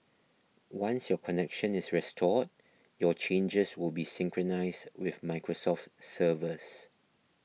once your connection is restored your changes will be synchronised with Microsoft's servers